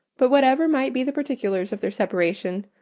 but whatever might be the particulars of their separation,